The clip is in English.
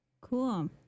cool